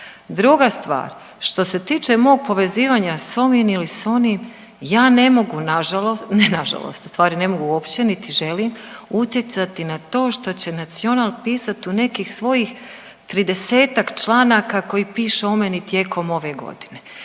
Druga stvar, što se tiče mog povezivanja s ovim ili s onim, ja ne mogu nažalost ne nažalost ustvari ne mogu uopće niti želim utjecati na to što će Nacional pisat u nekih svojih 30-ak članaka koji piše o meni tijekom ove godine,